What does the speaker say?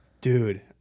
Dude